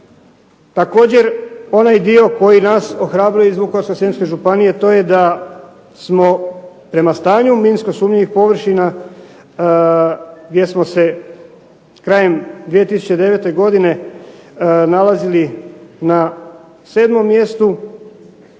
Također, onaj dio koji nas ohrabruje iz Vukovarsko-srijemske županije to je da smo prema stanju minsko sumnjivih površina gdje smo se krajem 2009. godine nalazili na 7 mjestu